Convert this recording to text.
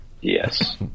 Yes